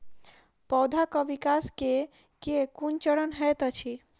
पौधाक विकास केँ केँ कुन चरण हएत अछि?